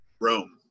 Rome